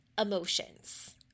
emotions